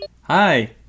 Hi